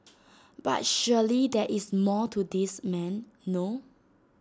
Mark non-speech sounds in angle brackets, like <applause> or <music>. <noise> but surely there is more to this man no